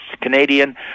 Canadian